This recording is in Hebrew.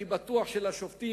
אני בטוח שלפני